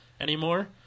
anymore